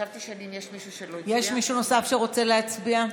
יש מישהו נוסף שרוצה להצביע?